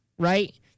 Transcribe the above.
Right